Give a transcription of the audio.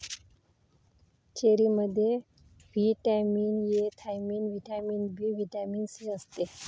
चेरीमध्ये vitamin A, thiamine, vitamin B, vitamin C असते